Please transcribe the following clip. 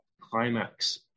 climax